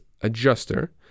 adjuster